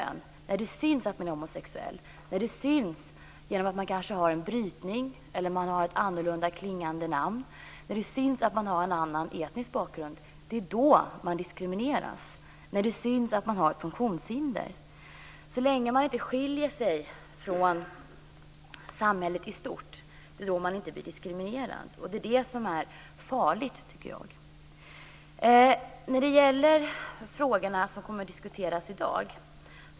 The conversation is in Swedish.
Man diskrimineras när det syns att man är homosexuell, när det hörs att man har en brytning eller ett annorlunda klingande namn, när det syns att man har en annan etnisk bakgrund eller när det syns att man har ett funktionshinder. Så länge man inte skiljer sig från samhället i stort blir man inte diskriminerad. Det är det farliga. Det syns en förändring avseende de frågor som skall diskuteras i dag.